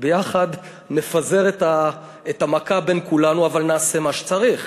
ביחד נפזר את המכה בין כולנו אבל נעשה מה שצריך.